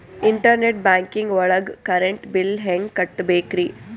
Internet banking ಒಳಗ್ current bill ಹೆಂಗ್ ಕಟ್ಟ್ ಬೇಕ್ರಿ?